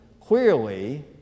clearly